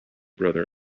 brother